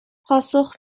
پاسخ